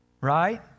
right